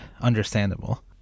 understandable